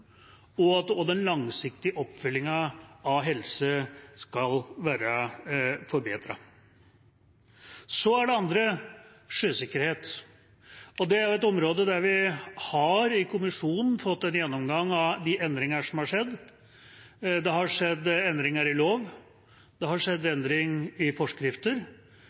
og at den langsiktige oppfølgingen av helse skal være forbedret. Så er det det andre om sjøsikkerhet, og det er et område der vi via kommisjonen har fått en gjennomgang av de endringer som har skjedd. Det har skjedd endringer i lov, det har skjedd endringer i forskrifter,